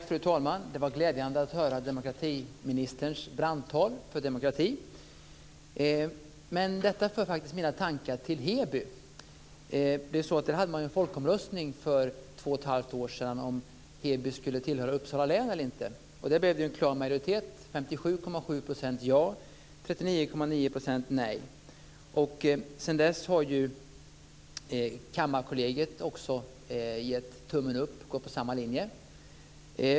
Fru talman! Det var glädjande att höra demokratiministerns brandtal för demokratin. Men detta för faktiskt mina tankar till Heby. Där hade man ju en folkomröstning för två och ett halvt år sedan om Heby skulle tillhöra Uppsala län eller inte. Det blev ju en klar majoritet för det. 57,7 % röstade ja och 39,9 % röstade nej. Sedan dess har Kammarkollegiet också gett tummen upp och gått på samma linje.